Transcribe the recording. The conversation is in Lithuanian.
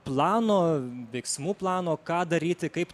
plano veiksmų plano ką daryti kaip